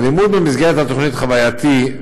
הלימוד במסגרת התוכנית חווייתי,